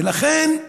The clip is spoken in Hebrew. ולכן,